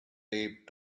taped